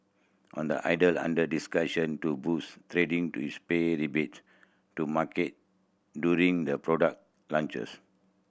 on the either under discussion to boost trading is pay rebate to market during the product launches